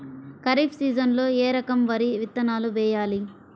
ఖరీఫ్ సీజన్లో ఏ రకం వరి విత్తనాలు వేయాలి?